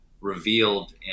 revealed